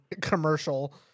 commercial